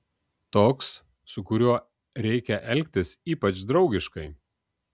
toks su kuriuo reikia elgtis ypač draugiškai